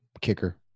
kicker